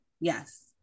Yes